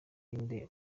inde